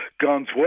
guns